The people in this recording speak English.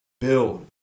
build